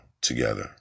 together